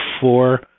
four